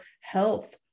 health